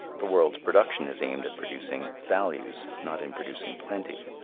the world's production is aimed at producing values, not in producing plenty.